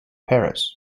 paris